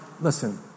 listen